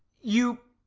you